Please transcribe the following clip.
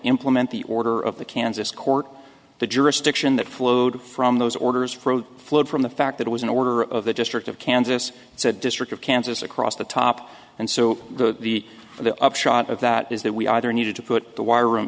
implement the order of the kansas court the jurisdiction that flowed from those orders from flowed from the fact that it was an order of the district of kansas so the district of kansas across the top and so the the upshot of that is that we either needed to put the wir